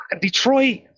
Detroit